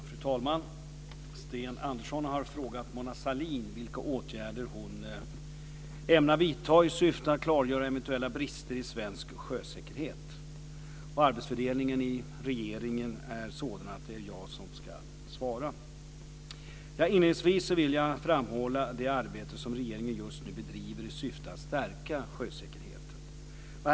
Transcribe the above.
Fru talman! Sten Andersson har frågat Mona Sahlin vilka åtgärder hon ämnar vidta i syfte att klargöra eventuella brister i svensk sjösäkerhet. Arbetsfördelningen i regeringen är sådan att det är jag som ska svara. Inledningsvis vill jag framhålla det arbete som regeringen just nu bedriver i syfte att stärka sjösäkerheten.